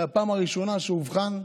מהפעם הראשונה שאובחן,